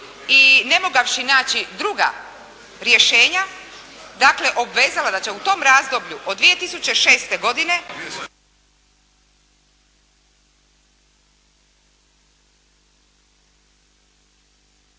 i ne mogavši naći druga rješenja, dakle obvezala da će u tom razdoblju od 2006. godine